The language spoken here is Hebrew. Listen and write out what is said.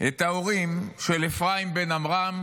את ההורים של אפרים בן עמרם,